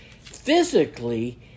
physically